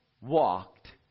walked